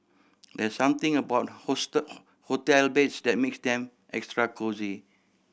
there's something about hotel beds that makes them extra cosy